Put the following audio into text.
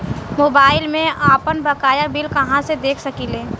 Mobile में आपनबकाया bill कहाँसे देख सकिले?